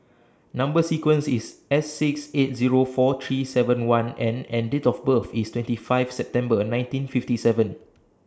Number sequence IS S six eight Zero four three seven one N and Date of birth IS twenty five September nineteen fifty seven